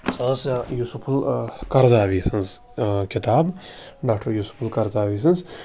سۄ ٲس Yusuf al Qaradawi سٕنٛز کِتاب ڈاکٹر یوٗسف القرضاوی سٕنٛز